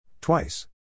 Twice